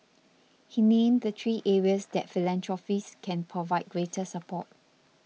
he named the three areas that philanthropists can provide greater support